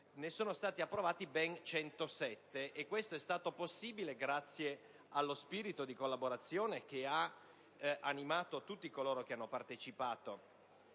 ne sono stati approvati ben 107, e questo è stato possibile grazie allo spirito di collaborazione che ha animato tutti coloro che hanno partecipato